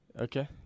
Okay